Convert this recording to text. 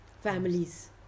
families